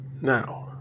Now